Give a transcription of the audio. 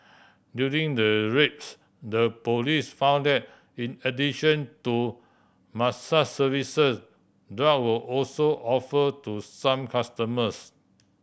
during the raids the police found that in addition to mass services drug were also offer to some customers